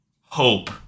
hope